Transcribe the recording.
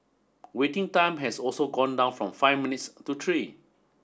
waiting time has also gone down from five minutes to tree